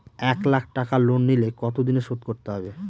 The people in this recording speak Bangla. এক লাখ টাকা লোন নিলে কতদিনে শোধ করতে হবে?